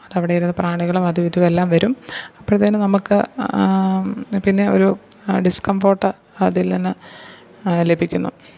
അതവിടെ ഇരുന്നു പ്രാണികളും അതും ഇതുമെല്ലാം വരും അപ്പോഴത്തേന് നമുക്ക് പിന്നെ ഒരു ഡിസ്കംഫോട്ട് അതില് നിന്നു ലഭിക്കുന്നു